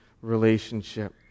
relationship